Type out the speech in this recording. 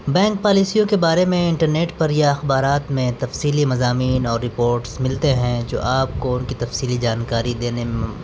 bank پالیسیوں کے بارے میں انٹرنیٹ پر یا اخبارات میں تفصیلی مضامین اور رپوٹس ملتے ہیں جو آپ کو ان کی تفصیلی جانکاری دینے میں